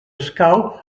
escau